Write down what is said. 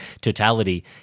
totality